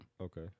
Okay